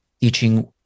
teaching